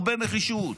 הרבה נחישות,